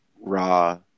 raw